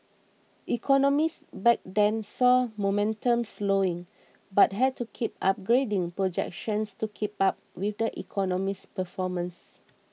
economists back then saw momentum slowing but had to keep upgrading projections to keep up with the economy's performance